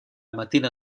mattina